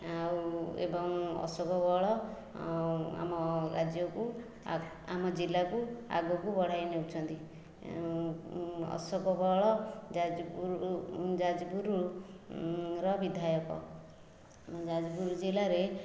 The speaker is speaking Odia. ଆଉ ଏବଂ ଅଶୋକ ବଳ ଆମ ରାଜ୍ୟକୁ ଆମ ଜିଲ୍ଲାକୁ ଆଗକୁ ବଢ଼ାଇ ନେଉଛନ୍ତି ଆଶୋକ ବଳ ଯାଜପୁର ଯାଜପୁର ର ବିଧାୟକ ଯାଜପୁର ଜିଲ୍ଲାରେ